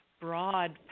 broad